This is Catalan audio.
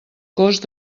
cost